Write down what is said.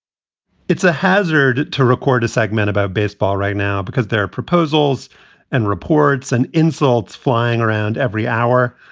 it's a hazard to record a segment about baseball right now because their proposals and reports and insults flying around every hour.